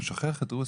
אתה שוכח את רוסיה.